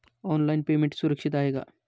Online payment सुरक्षित आहे का?